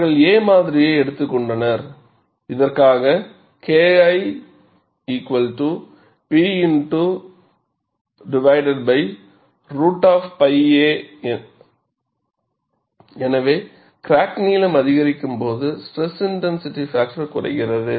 அவர்கள் A மாதிரியை எடுத்துக்கொண்டனர் இதற்காக KI P √𝝅a எனவே கிராக் நீளம் அதிகரிக்கும்போது ஸ்ட்ரெஸ் இன்டென்சிட்டி பாக்டர் குறைகிறது